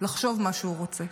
לחשוב מה שהוא רוצה.